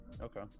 okay